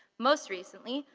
most recently,